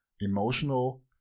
Emotional